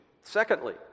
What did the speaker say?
Secondly